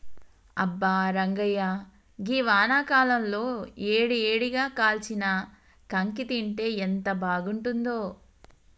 అబ్బా రంగాయ్య గీ వానాకాలంలో ఏడి ఏడిగా కాల్చిన కాంకి తింటే ఎంత బాగుంతుందో